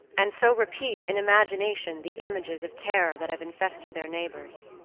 and so repeat in imagination the images of terror that have infested their neighbors.